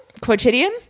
quotidian